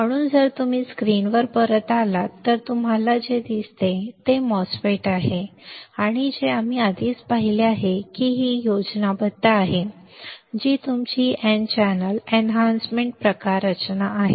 म्हणून जर तुम्ही स्क्रीनवर परत आलात तर तुम्हाला जे दिसते ते MOSFET आहे जे आम्ही आधीच पाहिले आहे की ही योजनाबद्ध आहे जी तुमची N चॅनेल वर्धन प्रकार रचना आहे